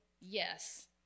yes